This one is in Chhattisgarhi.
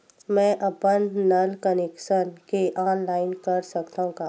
मैं अपन नल कनेक्शन के ऑनलाइन कर सकथव का?